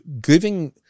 Giving